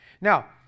Now